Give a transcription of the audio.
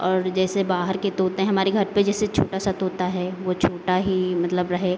और जैसे बाहर के तोते हैं हमारे घर पे जैसे छोटा सा तोता है वो छोटा ही मतलब रहे